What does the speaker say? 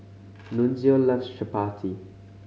Nunzio loves Chapati